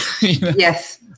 yes